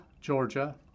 Georgia